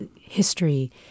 history